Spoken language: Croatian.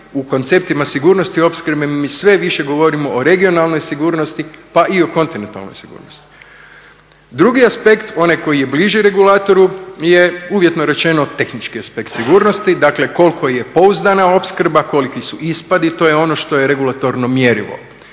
u konceptima sigurnosti u opskrbi mi sve više govorimo o regionalnoj sigurnosti pa i o kontinentalnoj sigurnosti. Drugi aspekt, onaj koji je bliži regulatoru je uvjetno rečeno tehnički aspekt sigurnosti, dakle koliko je pouzdana opskrba, koliki su ispadi. To je ono što je regulatorno mjerivo.